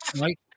Right